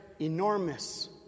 enormous